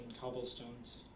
cobblestones